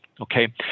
Okay